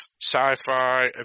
sci-fi